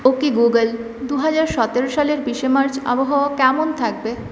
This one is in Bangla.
ওকে গুগল্ দুই হাজার সতেরো সালের বিশে মার্চ আবহাওয়া কেমন থাকবে